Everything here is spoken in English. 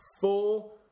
full